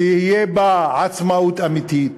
שתהיה בה עצמאות אמיתית,